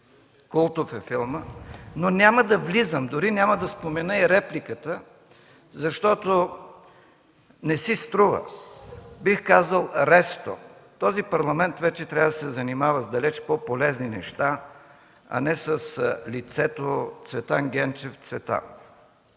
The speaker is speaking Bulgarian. култов е филмът. Дори няма да спомена репликата, защото не си струва. Бих казал – ресто. Този Парламент трябва да се занимава с далеч по-полезни неща, а не с лицето Цветан Генчев Цветанов.